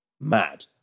Mad